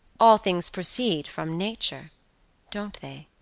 all things proceed from nature don't they?